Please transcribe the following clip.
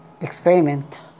experiment